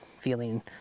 feeling